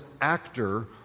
actor